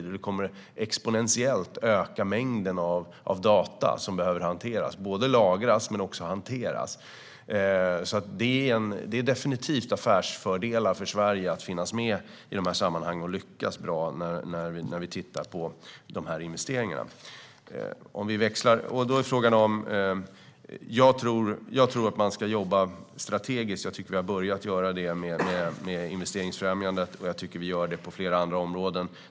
Mängden data som behöver hanteras kommer att öka exponentiellt - data behöver både lagras och hanteras. Det innebär definitivt affärsfördelar för Sverige att vi finns med i de här sammanhangen och lyckas bra när det gäller investeringar. Jag tror att man ska jobba strategiskt, och jag tycker att vi har börjat göra det med investeringsfrämjandet. Jag tycker också att vi gör det på flera andra områden.